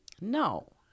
No